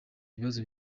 ibibazo